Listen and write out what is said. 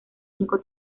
cinco